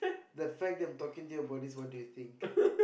the fact they've talking to your bodies what do you think